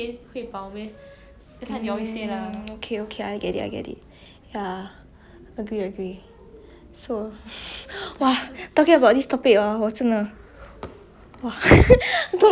so !wah! talking about this topic hor 我真的 !wah! I don't know how to describe these feelings sia it's just like so !wah! very dark very deep very deep